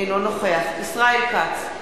אינו נוכח ישראל כץ,